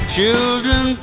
Children